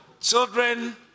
Children